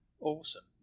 Awesome